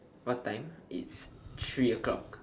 what time it's three o-clock